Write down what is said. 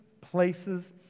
places